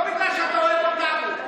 לא בגלל שאתה אוהב אותנו.